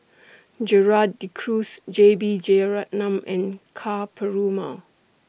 Gerald De Cruz J B Jeyaretnam and Ka Perumal